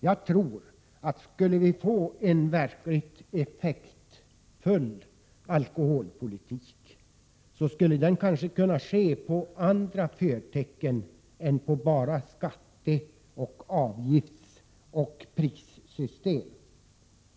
Jag tror att om vi önskar en verkligt effektiv alkoholpolitik, skulle den kunna åstadkommas med andra förtecken än bara skatte-, avgiftsoch prissystem.